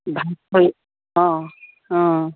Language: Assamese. ভালকৰি অঁ অঁ